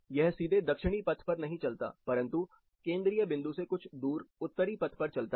यह सीधे दक्षिणी पथ पर नहीं चलता परंतु केंद्रीय बिंदु से कुछ दूर उत्तरी पथ पर चलता है